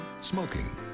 Smoking